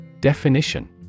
Definition